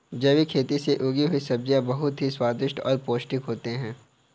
जैविक खेती से उगी हुई सब्जियां बहुत ही स्वादिष्ट और पौष्टिक होते हैं